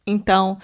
Então